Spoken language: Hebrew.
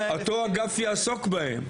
אבל אותו אגף יעסוק בהם.